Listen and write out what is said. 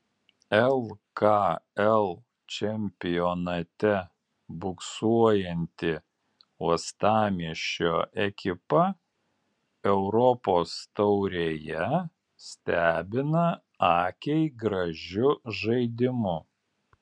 lkl čempionate buksuojanti uostamiesčio ekipa europos taurėje stebina akiai gražiu žaidimu